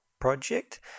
Project